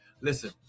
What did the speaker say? Listen